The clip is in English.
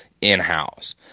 in-house